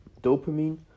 dopamine